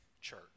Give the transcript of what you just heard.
church